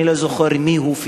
אני לא זוכר מי אמר,